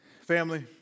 Family